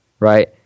Right